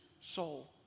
soul